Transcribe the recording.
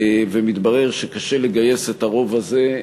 ומתברר שקשה לגייס את הרוב הזה,